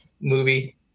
movie